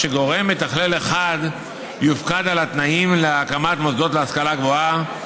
כך שגורם מתכלל אחד יופקד על התנאים להקמת מוסדות להשכלה גבוהה,